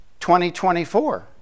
2024